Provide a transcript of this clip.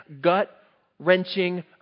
gut-wrenching